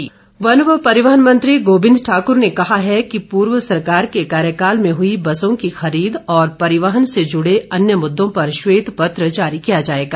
प्रश्नकाल वन व परिवहन मंत्री गोबिंद ठाकुर ने कहा है कि पूर्व सरकार के कार्यकाल में हुई बसों की खरीद और परिवहन से जुड़े अन्य मुद्दों पर श्वेत पत्र जारी किया जाएगा